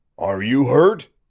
are you hurt?